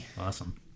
Awesome